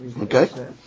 okay